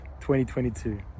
2022